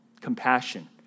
compassion